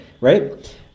right